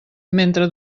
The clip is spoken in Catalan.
mentre